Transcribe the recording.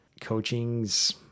coaching's